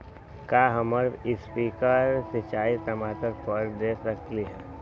का हम स्प्रिंकल सिंचाई टमाटर पर दे सकली ह?